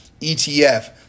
ETF